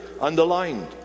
underlined